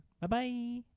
Bye-bye